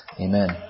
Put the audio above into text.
Amen